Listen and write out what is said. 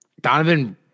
Donovan